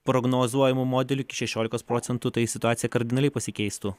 prognozuojamu modelį iki šešiolikos procentų tai situacija kardinaliai pasikeistų